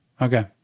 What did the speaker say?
Okay